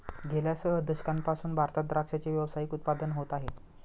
गेल्या सह दशकांपासून भारतात द्राक्षाचे व्यावसायिक उत्पादन होत आहे